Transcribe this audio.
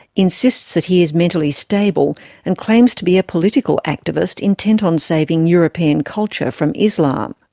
insists that he is mentally stable and claims to be a political activist intent on saving european culture from islam.